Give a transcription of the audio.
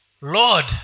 Lord